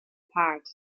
part